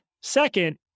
Second